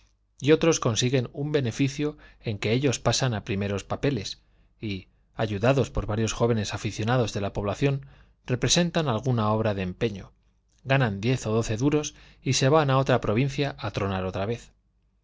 y otros consiguen un beneficio en que ellos pasan a primeros papeles y ayudados por varios jóvenes aficionados de la población representan alguna obra de empeño ganan diez o doce duros y se van a otra provincia a tronar otra vez